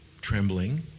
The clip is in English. trembling